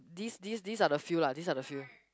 this this this are the few lah this are the few